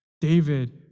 David